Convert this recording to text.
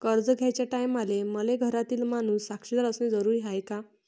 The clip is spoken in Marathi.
कर्ज घ्याचे टायमाले मले घरातील माणूस साक्षीदार असणे जरुरी हाय का?